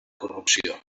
corrupció